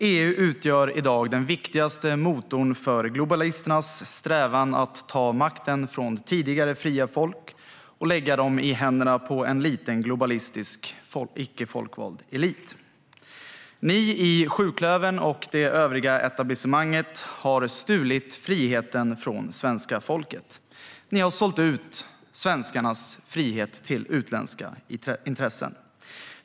EU utgör i dag den viktigaste motorn för globalisternas strävan efter att ta makten från tidigare fria folk och lägga den i händerna på en liten, globalistisk och icke folkvald elit. Ni i sjuklövern och det övriga etablissemanget har stulit friheten från svenska folket. Ni har sålt ut svenskarnas frihet till utländska intressen.